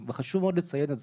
ואני לא חושב שהמדינה בנויה לזה.